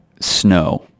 snow